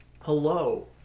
hello